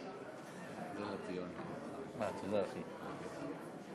2016, של